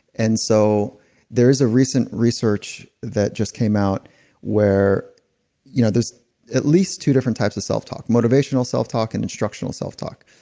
and so there is a recent research that just came out where you know there's at least two different types of self talk. motivational self talk and instructional self talk.